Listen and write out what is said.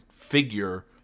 figure